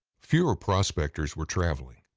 fewer prospectors were travelling,